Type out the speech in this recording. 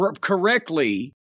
correctly